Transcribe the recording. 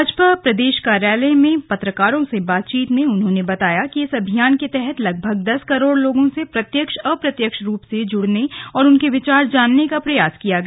भाजपा प्रदेश कार्यालय में पत्रकारों से बातचीत में श्री गहलोत ने बताया कि इस अभियान के तहत लगभग दस करोड लोगों से प्रत्यक्ष अप्रत्यक्ष रूप से जुड़ने और उनके विचार जानने का प्रयास किया गया